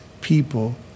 people